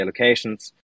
allocations